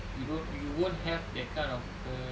you don't you won't have that kind of a